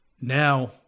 now